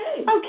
Okay